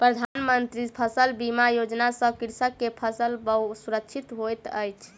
प्रधान मंत्री फसल बीमा योजना सॅ कृषक के फसिल सुरक्षित होइत अछि